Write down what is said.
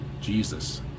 Jesus